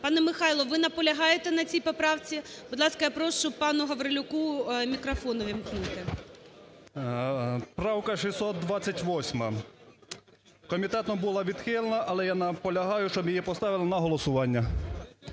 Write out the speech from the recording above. Пане Михайле, ви наполягаєте на цій поправці? Будь ласка, я прошу пану Гаврилюку мікрофон увімкніть. 10:15:08 ГАВРИЛЮК М.В. Правка 628 комітетом була відхилена, але наполягаю, щоб її поставили на голосування.